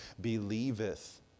believeth